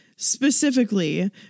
specifically